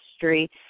history